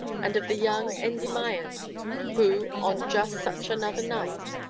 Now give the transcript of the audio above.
and of the young endymion who, on just such another night,